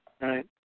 right